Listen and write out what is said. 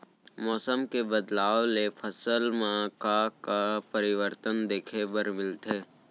मौसम के बदलाव ले फसल मा का का परिवर्तन देखे बर मिलथे?